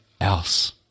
else